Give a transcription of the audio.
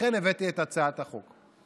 לכן הבאתי את הצעת החוק.